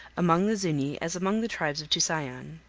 among the zuni, as among the tribes of tusayan,